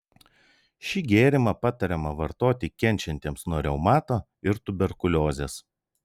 šį gėrimą patariama vartoti kenčiantiesiems nuo reumato ir tuberkuliozės